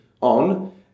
on